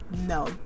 no